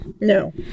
No